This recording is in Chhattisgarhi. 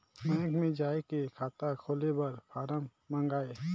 बैंक मे जाय के खाता खोले बर फारम मंगाय?